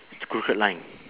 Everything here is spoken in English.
it's crooked line